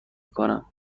کنم